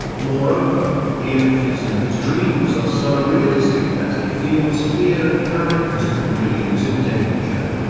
moreover, the images in his dreams are so realistic that he feels fear and panic as if he really was in danger.